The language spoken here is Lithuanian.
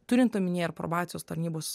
turint omenyje ir probacijos tarnybos